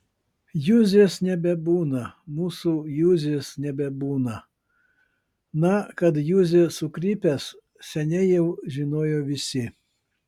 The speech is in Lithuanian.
juzės nebebūna mūsų juzės nebebūna na kad juzė sukrypęs seniai jau žinojo visi